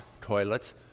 toilets